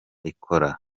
ikora